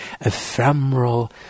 ephemeral